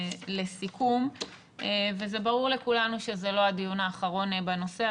זה ברור לכולנו שזה לא הדיון האחרון בנושא.